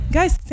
Guys